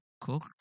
cook